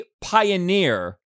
pioneer